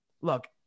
look